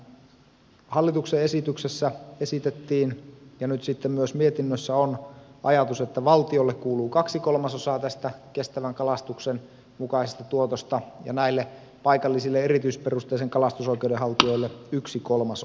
siinähän hallituksen esityksessä esitettiin ja nyt myös mietinnössä on ajatus että valtiolle kuuluu kaksi kolmasosaa tästä kestävän kalastuksen mukaisesta tuotosta ja paikallisille erityisperusteisen kalastusoikeuden haltijoille yksi kolmasosa